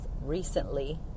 recently